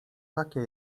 takie